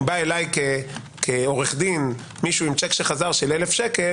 אם בא אליי כעורך דין מישהו עם צ'ק של 1,000 שקלים שחזר,